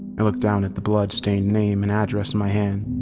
i looked down at the blood stained name and address in my hands.